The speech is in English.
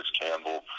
Campbell